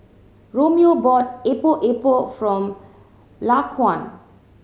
Romeo bought Epok Epok from Laquan